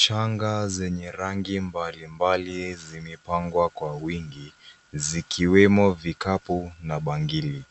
Shanga zenye rangi mbalimbali zimepangwa kwa wingi zikiwemo vikapu na bangili.